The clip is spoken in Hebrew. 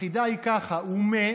החידה היא ככה: ומה,